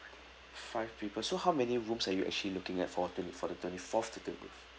five people so how many rooms are you actually looking at for twenty for the twenty fourth to twenty